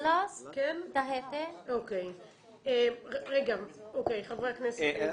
אוקי, חברי הכנסת.